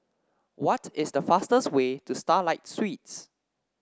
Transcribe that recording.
what is the fastest way to Starlight Suites